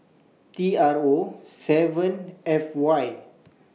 T R O seven F Y